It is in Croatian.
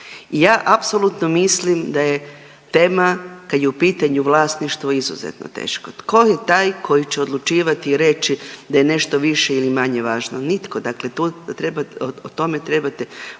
ja apsolutno mislim da je tema kad je u pitanju vlasništvo, izuzetno teško. Tko je taj koji će odlučivati i reći da je nešto više ili manje važno? Nitko, dakle tu treba